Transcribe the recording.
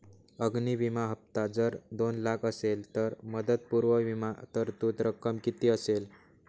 अग्नि विमा हफ्ता जर दोन लाख असेल तर मुदतपूर्व विमा तरतूद रक्कम किती असेल?